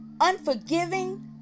unforgiving